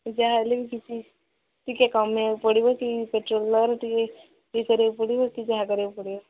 ଯାହା ହେଲେ ବି କିଛି ଟିକିଏ କମେଇବାକୁ ପଡ଼ିବ କି ପେଟ୍ରୋଲ୍ ଦର ଟିକିଏ ଠିକ ପଡ଼ିବ କି ଯାହା କରିବାକୁ ପଡ଼ିବ